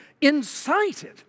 incited